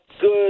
good